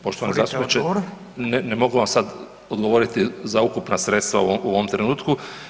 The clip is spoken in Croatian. Poštovani zastupniče ne mogu vam sad odgovoriti za ukupna sredstva u ovom trenutku.